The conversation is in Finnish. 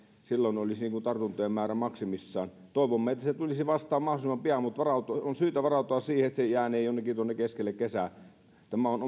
silloin olisi tartuntojen määrä maksimissaan toivomme että se tulisi vastaan mahdollisimman pian mutta on syytä varautua siihen että se jäänee jonnekin tuonne keskelle kesää tämä on